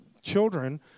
Children